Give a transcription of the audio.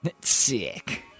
sick